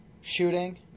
shooting